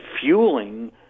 fueling